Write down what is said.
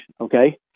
Okay